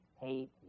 hate